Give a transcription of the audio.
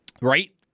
right